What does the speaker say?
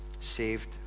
saved